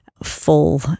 full